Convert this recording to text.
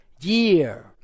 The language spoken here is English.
Year